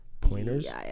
pointers